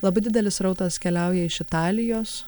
labai didelis srautas keliauja iš italijos